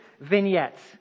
vignettes